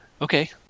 Okay